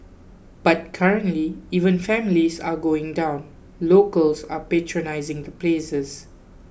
but currently even families are going down locals are patronising the places